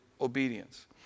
obedience